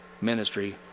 ministry